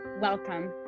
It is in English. welcome